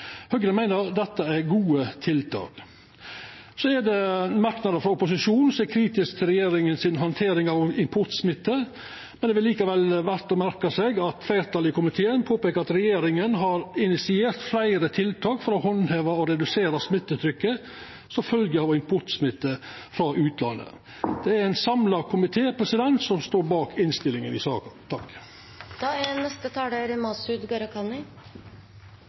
Høgre meiner dette er gode tiltak. Det er merknader frå opposisjonen, som er kritiske til regjeringa si handtering av importsmitte. Det er likevel verdt å merka seg at fleirtalet i komiteen påpeikar at regjeringa har initiert fleire tiltak for å handtera og redusera smittetrykket som følgje av importsmitte frå utlandet. Det er ein samla komité som står bak innstillinga i saka.